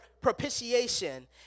propitiation